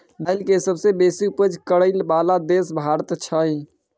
दाइल के सबसे बेशी उपज करइ बला देश भारत छइ